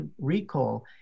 recall